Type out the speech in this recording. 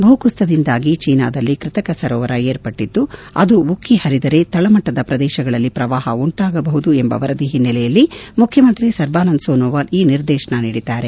ಭೂಕುಸಿತದಿಂದಾಗಿ ಚೀನಾದಲ್ಲಿ ಕೃತಕ ಸರೋವರ ಏರ್ಪಟ್ಟಿದ್ದು ಅದು ಉಕ್ಕಿ ಹರಿದರೆ ತಳಮಟ್ಟದ ಪ್ರದೇಶದಲ್ಲಿ ಪ್ರವಾಹ ಉಂಟಾಗಬಹುದು ಎಂಬ ವರದಿ ಹಿನ್ನೆಲೆಯಲ್ಲಿ ಮುಖ್ಯಮಂತ್ರಿ ಸರ್ಬಾನಂದ್ ಸೋನೋವಾಲ್ ಈ ನಿರ್ದೇಶನ ನೀಡಿದ್ದಾರೆ